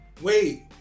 Wait